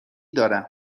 دارم